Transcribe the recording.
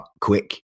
quick